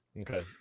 Okay